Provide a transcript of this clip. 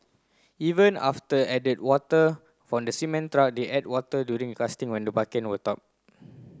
even after added water from the cement truck they to add water during casting when the bucket top